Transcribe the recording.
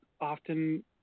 often